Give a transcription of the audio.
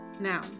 Now